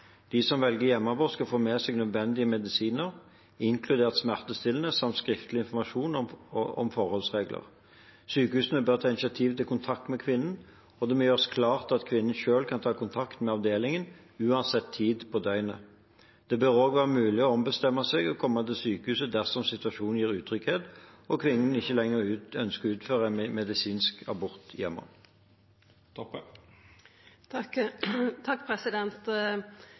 De som velger hjemmeabort, skal få med seg nødvendige medisiner, inkludert smertestillende, samt skriftlig informasjon om forholdsregler. Sykehuset bør ta initiativ til kontakt med kvinnen, og det må gjøres klart at kvinnen selv kan ta kontakt med avdelingen, uansett tid på døgnet. Det bør også være mulig å ombestemme seg og komme til sykehuset dersom situasjonen gir utrygghet og kvinnen ikke lenger ønsker å utføre en medisinsk abort hjemme.